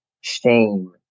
shame